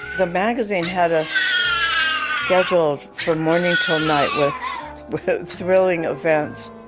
the magazine had us schedule from morning till night with thrilling events.